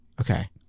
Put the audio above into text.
okay